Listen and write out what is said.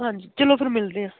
ਹਾਂਜੀ ਚਲੋ ਫਿਰ ਮਿਲਦੇ ਆ